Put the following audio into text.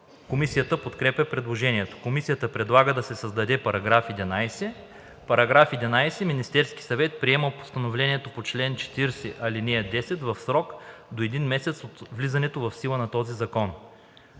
Комисията подкрепя предложението. Комисията предлага да се създаде § 11. „§ 11. Министерският съвет приема постановлението по чл. 40, ал. 10 в срок до един месец от влизането в сила на този закон.“